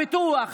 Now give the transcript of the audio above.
הפיתוח,